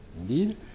indeed